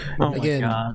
Again